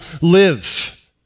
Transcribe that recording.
live